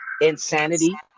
insanity